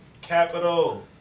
Capital